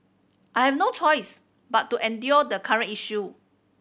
I have no choice but to endure the current issue